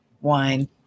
Wine